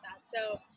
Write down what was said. So-